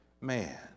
man